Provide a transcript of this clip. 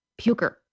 puker